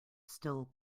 still